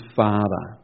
father